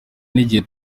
n’igihe